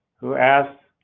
who asks,